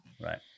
Right